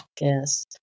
Yes